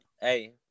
Hey